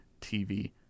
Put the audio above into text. TV